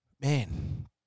man